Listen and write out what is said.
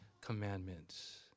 commandments